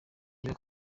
niba